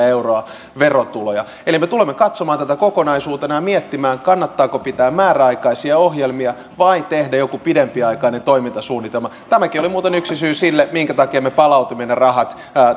euroa verotuloja me tulemme katsomaan tätä kokonaisuutena ja miettimään kannattaako pitää määräaikaisia ohjelmia vai tehdä joku pidempiaikainen toimintasuunnitelma tämäkin oli muuten yksi syy sille minkä takia me palautimme ne rahat